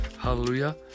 hallelujah